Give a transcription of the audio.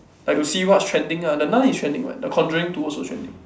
like to see what's trending ah the nun is trending [what] the conjuring two also trending